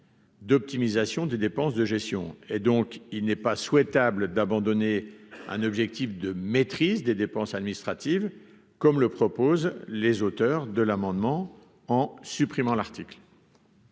D'optimisation des dépenses de gestion et donc il n'est pas souhaitable d'abandonner un objectif de maîtrise des dépenses administratives comme le proposent les auteurs de l'amendement en supprimant l'article.